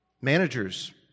Managers